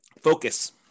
Focus